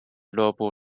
俱乐部